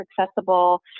accessible